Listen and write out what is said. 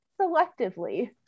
selectively